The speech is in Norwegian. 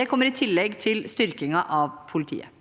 Det kommer i tillegg til styrkingen av politiet.